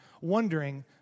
wondering